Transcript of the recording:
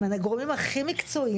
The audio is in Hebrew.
עם הגורמים הכי מקצועיים,